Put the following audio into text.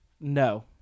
No